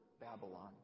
Babylon